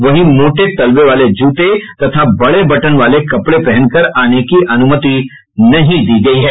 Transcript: वहीं मोटे तलबे वाले जूते तथा बड़े बटन वाले कपड़े पहनकर आने की अनुमति नहीं दी गयी है